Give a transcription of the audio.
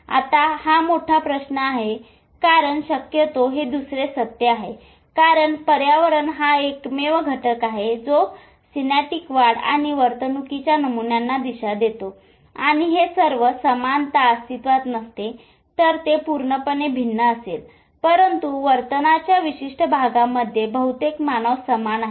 आता हा मोठा प्रश्न आहे कारण शक्यतो हे दुसरे सत्य आहे कारण पर्यावरण हा एकमेव घटक आहे जो सिनॅप्टिक वाढ आणि वर्तणुकीच्या नमुन्यांना दिशा देतो आणि हे सर्व समानता अस्तित्त्वात नसते तर ते पूर्णपणे भिन्न असेल परंतु वर्तनाच्या विशिष्ट भागामध्ये बहुतेक मानव समान आहेत